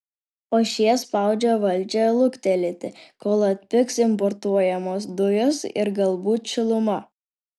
o šie spaudžia valdžią luktelėti kol atpigs importuojamos dujos ir galbūt šiluma